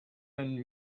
and